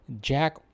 Jack